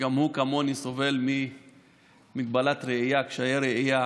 שגם הוא, כמוני, סובל ממגבלת ראייה, מקשיי ראייה.